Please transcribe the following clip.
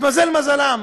התמזל מזלם,